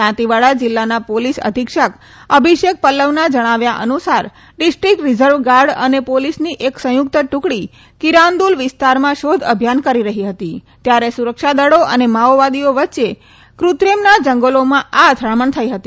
દાંતીવાડા જિલ્લાના પોલીસ અધિક્ષક અભિષેક પલ્લવના જણાવ્યા અનુસાર ડિસ્ટ્રીક્ટ રીઝર્વ ગાર્ડ અને પોલીસની એક સંયુક્ત ટૂકડી કીરાન્દુલ વિસ્તારમાં શોધ અભિયાન કરી રહી હતી ત્યારે સુરક્ષા દળી અને માઓવાદીઓ વચ્ચે કુત્રેમના જંગલોમાં આ અથડામણ થઈ હતી